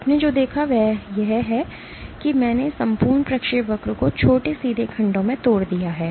आपने जो देखा वह यह है कि मैंने इस संपूर्ण प्रक्षेपवक्र को छोटे सीधे खंडों में तोड़ दिया है